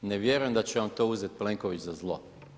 Ne vjerujem da će vam to uzeti Plenković za zlo.